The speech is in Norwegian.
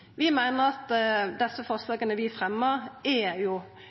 Vi meiner at desse forslaga som vi fremjar, er